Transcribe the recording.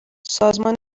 سازمان